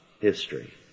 history